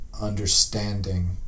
understanding